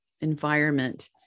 environment